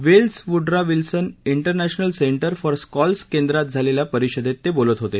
Wales Woodrow Wilson international center for scholars केंद्रात झालेल्या परिषदेत बोलत होते